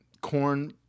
corn